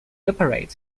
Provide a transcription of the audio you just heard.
operates